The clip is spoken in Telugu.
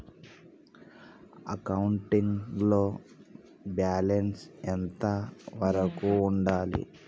అకౌంటింగ్ లో బ్యాలెన్స్ ఎంత వరకు ఉండాలి?